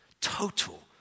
Total